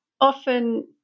often